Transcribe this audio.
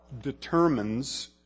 determines